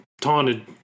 taunted